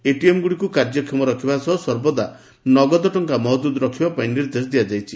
ଏଟିଏମ୍ଗୁଡ଼ିକୁ କାର୍ଯ୍ୟକ୍ଷମ ରଖିବା ସହ ସର୍ବଦା ନଗଦ ଟଙ୍କା ମହଜୁଦ ରଖିବା ପାଇଁ ନିର୍ଦ୍ଦେଶ ଦିଆଯାଇଛି